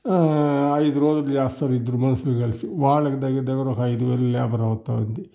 ఐదు రోజులు చేస్తారు ఇద్దరు మనుషులు కలిసి వాళ్ళకి దగ్గర దగ్గర ఒక ఐదువేలు లేబర్ అవుతోంది